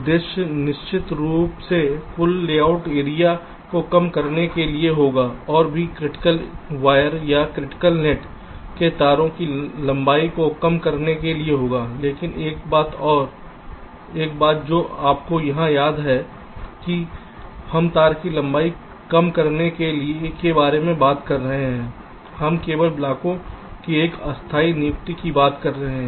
उद्देश्य निश्चित रूप से कुल लेआउट एरिया को कम करने के लिए होगा और भी क्रिटिकल वायर या क्रिटिकल नेट के तार की लंबाई को कम करने के लिए होगा लेकिन एक बात जो आपको यहाँ याद है की हम तार की लंबाई कम करने के बारे में बात कर रहे हैं हम केवल ब्लॉकों की एक अस्थायी नियुक्ति की बात कर रहे हैं